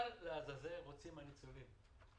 מה לעזאזל רוצים מהניצולים?